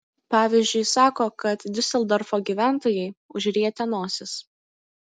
pavyzdžiui sako kad diuseldorfo gyventojai užrietę nosis